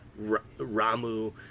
Ramu